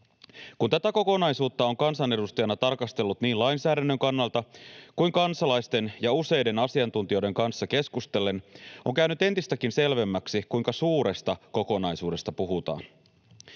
Kun tätä kokonaisuutta on kansanedustajana tarkastellut niin lainsäädännön kannalta kuin kansalaisten ja useiden asiantuntijoiden kanssa keskustellen, on käynyt entistäkin selvemmäksi, kuinka suuresta kokonaisuudesta puhutaan.